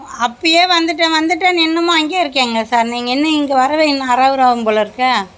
அப்பயே வந்துவிட்டேன் வந்துவிட்டேனு இன்னுமா அங்கேயே இருக்கீங்க சார் நீங்கள் இன்னும் இங்கே வரவே இன்னும் அரை ஹவர் ஆகும் போலே இருக்கே